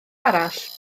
arall